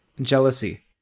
jealousy